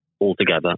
altogether